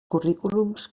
currículums